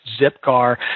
Zipcar